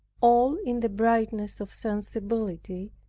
all in the brightness of sensibility,